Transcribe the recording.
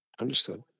Understood